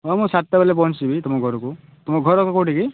ହଁ ମୁଁ ସାତଟା ବେଲେ ପହଞ୍ଚିଯିବି ତୁମ ଘରକୁ ତୁମ ଘର କେଉଁଠି କି